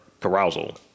carousal